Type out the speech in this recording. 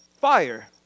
fire